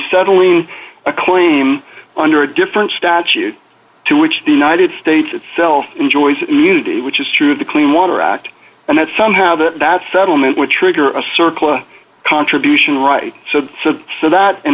settling a claim under a different statute to which the united states itself enjoys immunity which is true of the clean water act and that somehow that that settlement would trigger a circle of contribution right so so that in